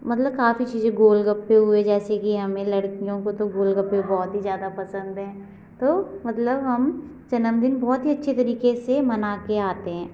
मतलब काफ़ी चीज़ें गोलगप्पे हुए जैसे कि हमें लड़कियों को तो गोलगप्पे बहुत ही ज़्यादा पसंद हैं तो मतलब हम जन्मदिन बहुत ही अच्छे तरीके से मना के आते हैं